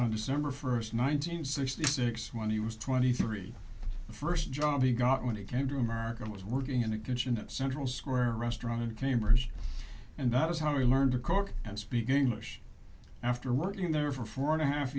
on december first nineteen sixty six when he was twenty three the first job he got when he came to america was working in a kitchen at central square restaurant in cambridge and that is how he learned to cook and speak english after working there for four and a half